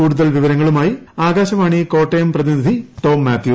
കൂടുതൽ വിവരങ്ങളുമായി ആകാശവാണി കോട്ടയം പ്രതിനിധി ടോം മാത്യു